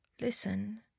Listen